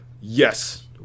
yes